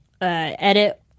edit